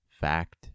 fact